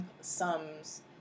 sums